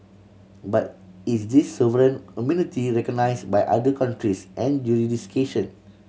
but is this sovereign immunity recognise by other countries and